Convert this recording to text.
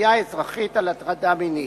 לתביעה אזרחית על הטרדה מינית.